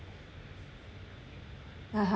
(uh huh)